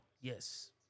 Yes